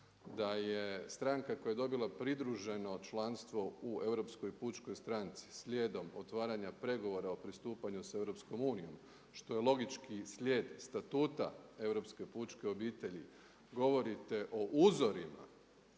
da je stranka koja je dobila pridruženo članstvo u Europskoj pučkoj stranci slijedom otvaranja pregovora o pristupanju sa EU što je logički slijed statuta europske pučke obitelji govorite o uzorima,